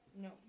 No